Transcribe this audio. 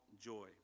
joy